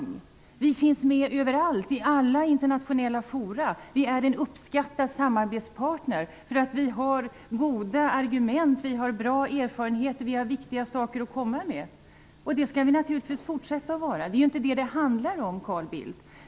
Vi finns med överallt, i alla internationella fora. Vi är en uppskattad samarbetspartner, därför att vi har goda argument, bra erfarenheter och viktiga saker att komma med. Det skall vi naturligtvis fortsätta att vara. Det handlar inte om det, Carl Bildt.